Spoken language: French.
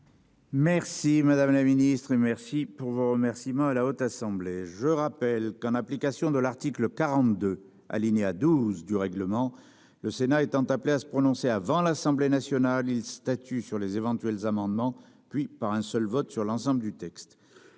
Merci madame la ministre. Et merci pour vos remerciements à la Haute Assemblée. Je rappelle qu'en application de l'article 42 alinéa 12 du règlement, le Sénat étant appelés à se prononcer avant l'assemblée nationale il statue sur les éventuels amendements puis par un seul vote sur l'ensemble du texte.